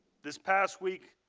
this past week,